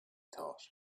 thought